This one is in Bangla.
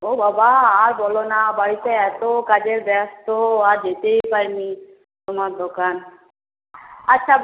ও বাবা আর বোলো না বাড়িতে এত কাজের ব্যস্ত আর যেতেই পারিনি তোমার দোকান আচ্ছা